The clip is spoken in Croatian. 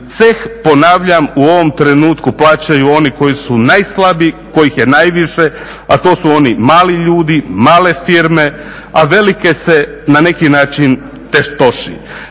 CEH ponavljam, u ovom trenutku plaćaju ono koji su najslabiji, kojih je najviše, a to su oni mali ljudi, male firme, a velike se na neki način tetoši.